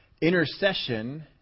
Intercession